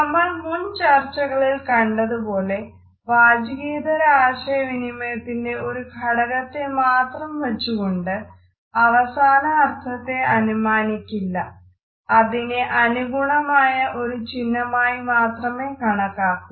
നമ്മൾ മുൻചർച്ചകളിൽ കണ്ടതുപോലെ വാചികേതര ആശയവിനിമയത്തിന്റെ ഒരു ഘടകത്തെ മാത്രം വച്ചുകൊണ്ട് അവസാന അർത്ഥത്തെ അനുമാനിക്കില്ല അതിനെ അനുഗുണമായ ഒരു ചിഹ്നമായി മാത്രമേ കണക്കാക്കൂ